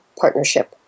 partnership